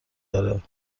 داره